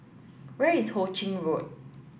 where is Ho Ching Road